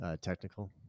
technical